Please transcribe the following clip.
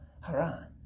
Haran